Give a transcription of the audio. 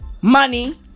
Money